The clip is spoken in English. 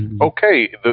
okay